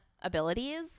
abilities